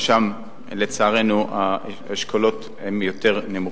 ששם לצערנו האשכולות היותר נמוכים.